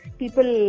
people